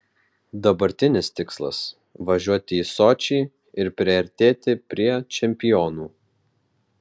dabartinis tikslas važiuoti į sočį ir priartėti prie čempionų